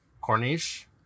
Corniche